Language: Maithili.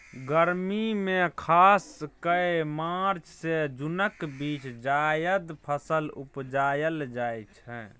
गर्मी मे खास कए मार्च सँ जुनक बीच जाएद फसल उपजाएल जाइ छै